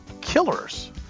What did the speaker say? killers